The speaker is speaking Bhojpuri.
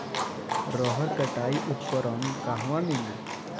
रहर कटाई उपकरण कहवा मिली?